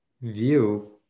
view